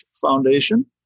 foundation